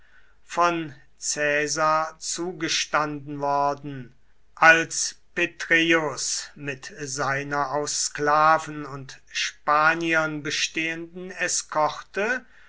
von caesar zugestanden worden als petreius mit seiner aus sklaven und spaniern bestehenden